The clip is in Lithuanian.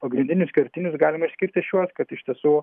pagrindinius kertinius galima išskirti šiuos kad iš tiesų